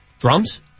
Drums